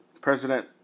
President